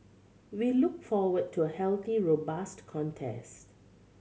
we look forward to a healthy robust contest